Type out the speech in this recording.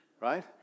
Right